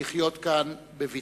לחיות כאן בבטחה.